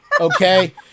okay